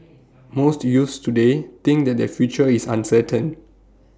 most youths today think that their future is uncertain